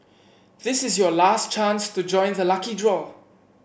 this is your last chance to join the lucky draw